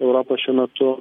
europa šiuo metu